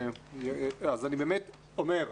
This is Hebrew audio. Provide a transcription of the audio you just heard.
אני באמת אומר,